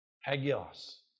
Hagios